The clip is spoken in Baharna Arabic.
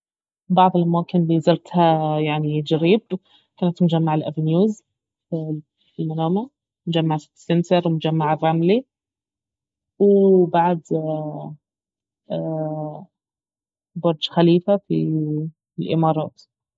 بعض الاماكن الي زرتها يعني جريب كانت مجمع الافنيوز في المنامة مجمع سيتي سنتر مجمع الرملي وبعد برج خليفة في الامارات